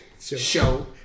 show